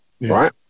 Right